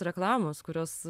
reklamos kurios